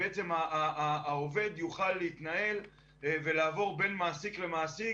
העובד יוכל להתנהל ולעבור בין מעסיק למעסיק,